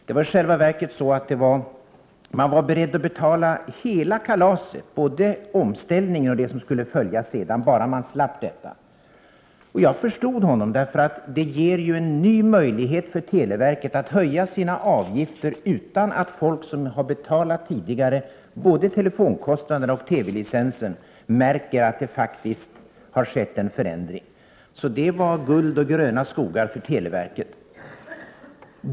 Det var i själva verket så att man var beredd att betala hela kalaset, både omställningen och det som skulle följa sedan, bara man slapp denna verksamhet. Jag förstod honom, därför att det ger ju en ny möjlighet för televerket att höja sina avgifter utan att folk som tidigare har betalat både telefonkostnaden och TV-licensen märker att det faktiskt har skett en förändring. Det var alltså guld och gröna skogar för televerket.